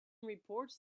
reports